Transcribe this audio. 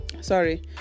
sorry